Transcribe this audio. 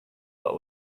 what